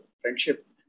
friendship